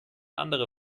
andere